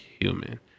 human